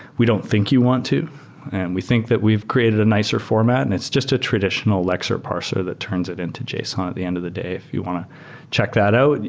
we don't think you want to and we think that we've created a nicer format and it's just a traditional lexer parser that turns it into json at the end of the day. if you want to check that out,